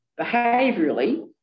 behaviourally